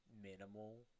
minimal